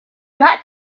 got